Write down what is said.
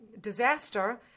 disaster